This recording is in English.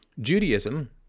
Judaism